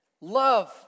love